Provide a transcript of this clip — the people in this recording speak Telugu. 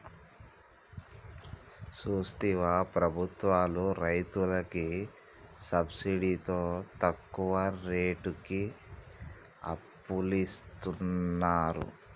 సూత్తివా ప్రభుత్వాలు రైతులకి సబ్సిడితో తక్కువ రేటుకి అప్పులిస్తున్నరు